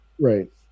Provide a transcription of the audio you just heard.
Right